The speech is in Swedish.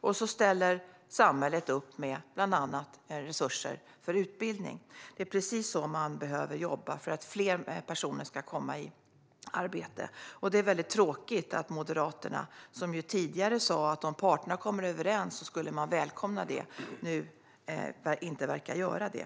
Sedan ställer samhället upp med resurser för bland annat utbildning. Det är precis så som man behöver jobba för att fler personer ska komma i arbete. Det är väldigt tråkigt att Moderaterna, som ju tidigare sa att man skulle välkomna om parterna kom överens, nu inte verkar välkomna det.